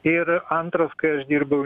ir antras kai aš dirbau